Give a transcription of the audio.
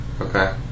Okay